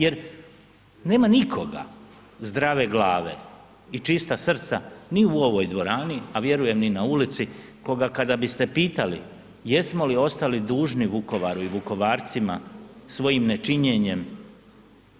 Jer nema nikoga zdrave glave i čista srca ni u ovoj dvorani, a vjerujem ni na ulici koga kada biste pitali jesmo li ostali dužni Vukovaru i Vukovarcima svojim nečinjenjem